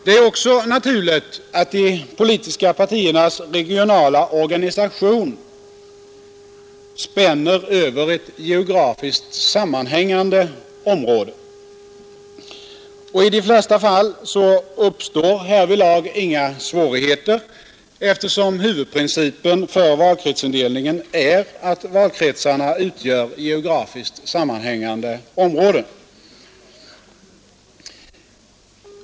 Det är också naturligt att de politiska partiernas regionala organisation spänner över ett geografiskt sammanhängande område. I de flesta fall uppstår härvidlag inga svårigheter, eftersom huvudprincipen för valkretsindelningen är att valkretsarna utgör geografiskt sammanhängande områden.